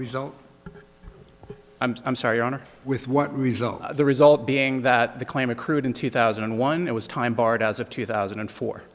result i'm sorry on or with what result the result being that the claim accrued in two thousand and one it was time barred as of two thousand and four